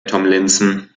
tomlinson